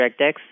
DirectX